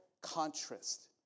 contrast